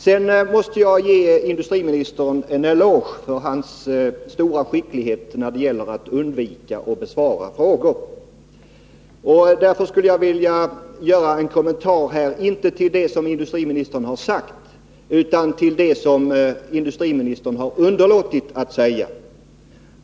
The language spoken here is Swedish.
Sedan måste jag ge industriministern en eloge för hans stora skicklighet när det gäller att undvika att besvara frågor. Därför skulle jag vilja göra en kommentar inte till det som industriministern har sagt utan till det som industriministern har underlåtit att säga.